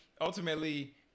ultimately